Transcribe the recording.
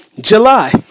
July